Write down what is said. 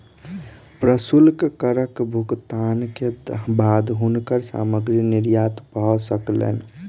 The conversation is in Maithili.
प्रशुल्क करक भुगतान के बाद हुनकर सामग्री निर्यात भ सकलैन